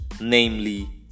namely